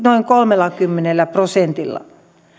noin kolmellakymmenellä prosentilla